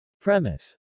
Premise